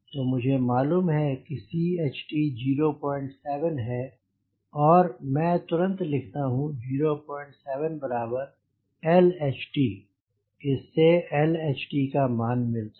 तो मुझे मालूम है कि CHT 07 है तो मई तुरंत लिखता हूँ 07 बराबर LHT इस से LHTका मान मिलता है